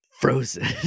frozen